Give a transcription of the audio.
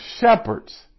shepherds